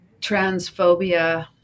transphobia